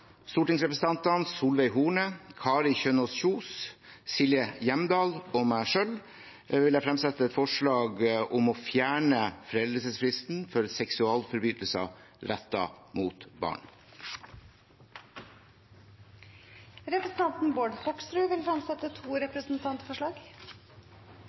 stortingsrepresentantene Solveig Horne, Kari Kjønaas Kjos, Silje Hjemdal og meg selv fremsette et forslag om å fjerne foreldelsesfristen for seksualforbrytelser rettet mot barn. Representanten Bård Hoksrud vil fremsette to